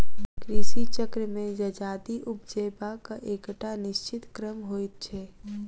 कृषि चक्र मे जजाति उपजयबाक एकटा निश्चित क्रम होइत छै